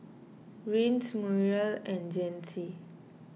Rance Muriel and Jacey